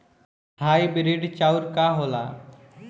Hybrid चाउर का होला?